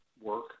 work